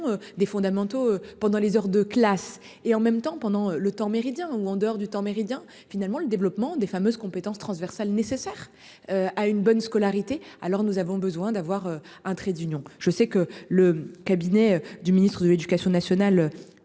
des fondamentaux pendant les heures de classe et en même temps, pendant le temps Méridien ou en dehors du temps Méridien finalement le développement des fameuses compétences transversales nécessaires. À une bonne scolarité, alors nous avons besoin d'avoir un trait d'union, je sais que le cabinet du ministre de l'Éducation nationale